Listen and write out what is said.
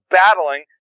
battling